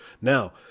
Now